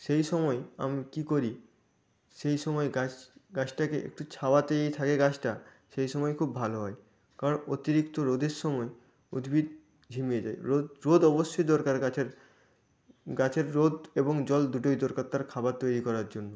সেই সময় আমি কী করি সেই সময় গাছ গাছটাকে একটু ছাওয়াতেই থাকে গাছটা সেই সময় খুব ভালো হয় কারণ অতিরিক্ত রোদের সময় উদ্ভিদ ঝিমিয়ে যায় রোদ রোদ অবশ্যই দরকার গাছের গাছের রোদ এবং জল দুটোই দরকার তার খাবার তৈরি করার জন্য